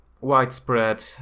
widespread